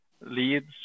leads